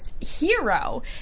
hero